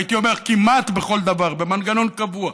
הייתי אומר כמעט בכל דבר, במנגנון קבוע,